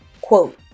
quote